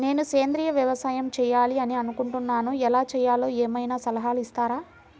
నేను సేంద్రియ వ్యవసాయం చేయాలి అని అనుకుంటున్నాను, ఎలా చేయాలో ఏమయినా సలహాలు ఇస్తారా?